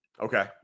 Okay